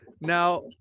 Now